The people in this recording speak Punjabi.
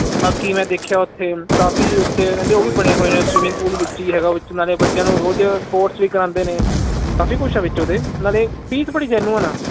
ਬਾਕੀ ਮੈਂ ਦੇਖਿਆ ਉੱਥੇ ਕਾਫੀ ਉੱਥੇ ਕਹਿੰਦੇ ਉਹ ਵੀ ਬਣੇ ਹੋਏ ਨੇ ਸਵਿਮਿੰਗ ਪੂਲ ਵਿੱਚ ਹੀ ਹੈਗਾ ਵਿੱਚ ਉਹਨਾਂ ਨੇ ਬੱਚਿਆਂ ਨੂੰ ਰੋਜ਼ ਸਪੋਰਟਸ ਵੀ ਕਰਵਾਂਦੇ ਨੇ ਕਾਫੀ ਕੁਝ ਆ ਵਿੱਚ ਉਹਦੇ ਨਾਲੇ ਫੀਸ ਬੜੀ ਜੈਨੂਨ ਆ